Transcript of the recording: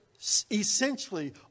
essentially